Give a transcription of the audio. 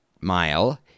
mile